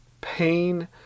pain